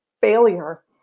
failure